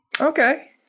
okay